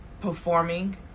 performing